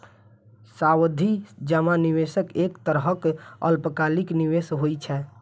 सावधि जमा निवेशक एक तरहक अल्पकालिक निवेश होइ छै